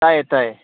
ꯇꯥꯏꯌꯦ ꯇꯥꯏꯌꯦ